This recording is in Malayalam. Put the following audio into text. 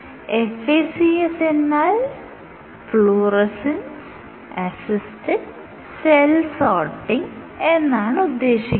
FACS എന്നാൽ ഫ്ലൂറസെന്സ് അസ്സിസ്റ്റഡ് സെൽ സോർട്ടിങ് എന്നാണ് ഉദ്ദേശിക്കുന്നത്